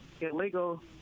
illegal